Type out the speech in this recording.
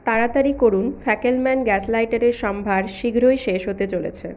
তাড়াতাড়ি করুন Fackelmann gas লাইটারের সম্ভার শীঘ্রই শেষ হতে চলেছে